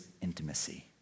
intimacy